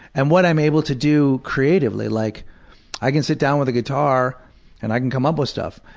and what i'm able to do creatively, like i can sit down with a guitar and i can come up with stuff.